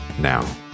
now